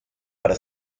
para